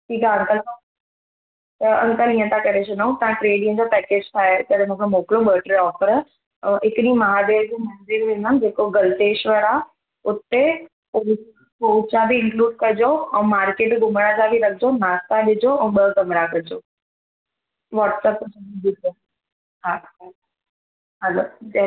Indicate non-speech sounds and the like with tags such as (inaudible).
ठीकु आहे अंकल त त अंकल इअं था करे छॾूं तव्हां टे ॾींहंनि जो पैकेज ठाहे करे मूं खे मोकिलियो ॿ टे ऑफर हिकु ॾींहुं महादेव जो मंदर ईंदो आहे न जेको गल्टेश्वर आहे उते त बि पोइचा बि इन्कलूड कजो ऐं मार्केट घुमण जा बि रखिजो नाश्ता ॾिजो ऐं ॿ कमरा कजो वॉटसअप (unintelligible) ॾिजो हा हा हलो जय